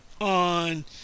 on